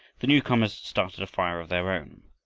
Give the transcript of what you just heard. the newcomers started a fire of their own,